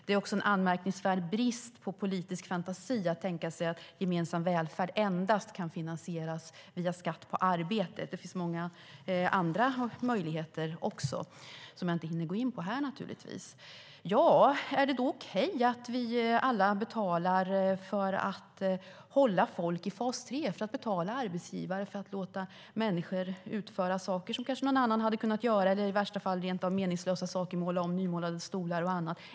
Det är en anmärkningsvärd brist på politisk fantasi att tro att gemensam välfärd endast kan finansieras via skatt på arbete. Det finns många andra möjligheter som jag inte hinner gå in på här och nu. Är det då okej att vi alla betalar för att hålla folk i fas 3? Är det okej att betala arbetsgivare och låta människor utföra saker som kanske någon annan hade kunnat göra, eller i värsta fall rent av utföra meningslösa uppgifter som att måla om nymålade stolar och annat?